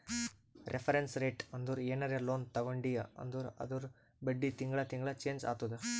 reference rate ಅಂದುರ್ ಏನರೇ loan ತಗೊಂಡಿ ಅಂದುರ್ ಅದೂರ್ ಬಡ್ಡಿ ತಿಂಗಳಾ ತಿಂಗಳಾ ಚೆಂಜ್ ಆತ್ತುದ